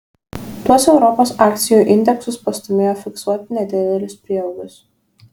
tuos europos akcijų indeksus pastūmėjo fiksuoti nedidelius prieaugius